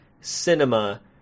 cinema